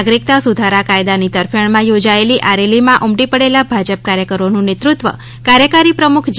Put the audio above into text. નાગરિકતા સુધારા કાયદાની તરફેણ માં થોજાયેલી આ રેલી માં ઉમટી પડેલા ભાજપ કાર્યકરો નું નેતૃત્વં કાર્યકારી પ્રમુખ જે